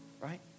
right